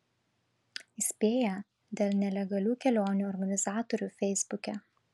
įspėja dėl nelegalių kelionių organizatorių feisbuke